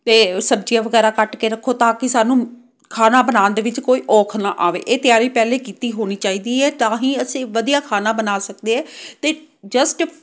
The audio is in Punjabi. ਅਤੇ ਸਬਜ਼ੀਆਂ ਵਗੈਰਾ ਕੱਟ ਕੇ ਰੱਖੋ ਤਾਂ ਕਿ ਸਾਨੂੰ ਖਾਣਾ ਬਣਾਉਣ ਦੇ ਵਿੱਚ ਕੋਈ ਔਖ ਨਾ ਆਵੇ ਇਹ ਤਿਆਰੀ ਪਹਿਲੇ ਕੀਤੀ ਹੋਣੀ ਚਾਹੀਦੀ ਹੈ ਤਾਂ ਹੀ ਅਸੀਂ ਵਧੀਆ ਖਾਣਾ ਬਣਾ ਸਕਦੇ ਹੈ ਅਤੇ ਜਸਟ